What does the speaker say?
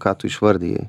ką tu išvardijai